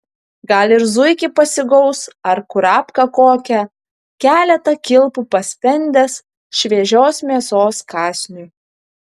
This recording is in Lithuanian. gal ir zuikį pasigaus ar kurapką kokią keletą kilpų paspendęs šviežios mėsos kąsniui